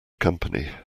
company